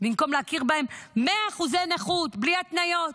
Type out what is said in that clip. במקום להכיר להם 100% נכות בלי התניות,